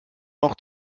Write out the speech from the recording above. noch